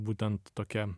būtent tokia